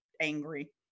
angry